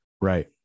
right